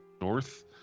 north